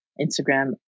instagram